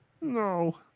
No